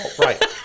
Right